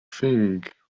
think